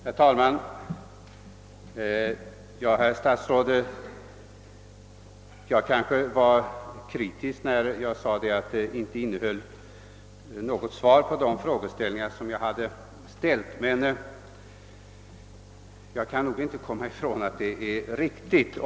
Herr talman! Jag kanske var kritisk mot herr statsrådet när jag sade att jag inte fick svar på de frågor jag hade ställt, men jag kan nog inte komma ifrån att det är så.